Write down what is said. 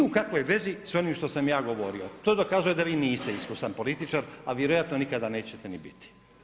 Ni u kakvoj vezi s onim što sam ja govorio, to dokazuje da vi niste iskusan političar, a vjerojatno nikada nećete ni biti.